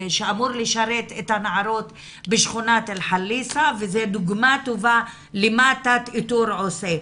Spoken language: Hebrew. שאמור לשרת את הנערות בשכנות אלחליסה וזו דוגמא טובה למה תת איתור עושה.